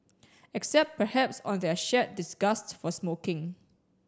except perhaps on their shared disgust for smoking